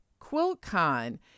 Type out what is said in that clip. QuiltCon